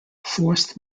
forced